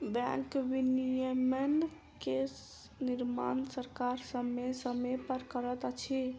bank विनियमन के निर्माण सरकार समय समय पर करैत अछि